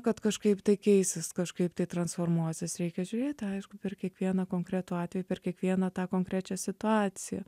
kad kažkaip tai keisis kažkaip tai transformuosis reikia žiūrėti aišku per kiekvieną konkretų atvejį per kiekvieną tą konkrečią situaciją